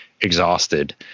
exhausted